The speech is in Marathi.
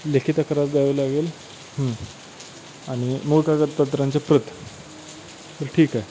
लेखी तक्रार द्यावी लागेल आणि मूळ कागदपत्रांचे प्रत ठीक आहे